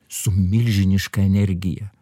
su milžiniška energija